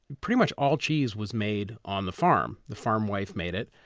pretty much all cheese was made on the farm the farm wife made it.